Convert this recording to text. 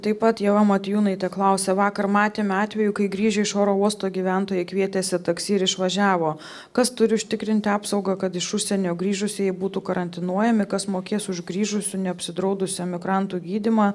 taip pat ieva motiejūnaitė klausė vakar matėme atvejų kai grįžę iš oro uosto gyventojai kvietėsi taksi ir išvažiavo kas turi užtikrinti apsaugą kad iš užsienio grįžusieji būtų karantinuojami kas mokės už grįžusių neapsidraudusių emigrantų gydymą